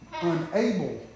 unable